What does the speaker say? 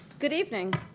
good evening.